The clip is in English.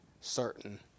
certain